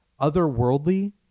otherworldly